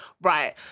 right